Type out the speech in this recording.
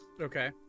okay